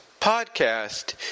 podcast